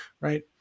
right